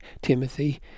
Timothy